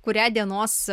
kurią dienos